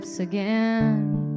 again